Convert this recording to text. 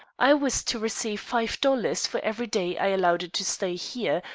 i was to receive five dollars for every day i allowed it to stay here,